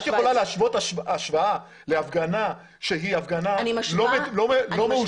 את יכולה להשוות השוואה להפגנה שהיא לא מאושרת,